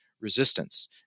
resistance